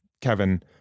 Kevin